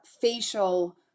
Facial